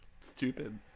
stupid